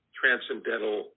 transcendental